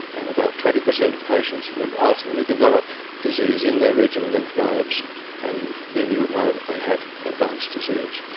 and about twenty percent of patients would ultimately develop disease in their regional lymph nodes and then you would know that they had advanced disease.